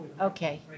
Okay